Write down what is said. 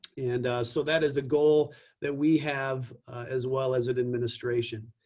and so that is a goal that we have as well as it administration.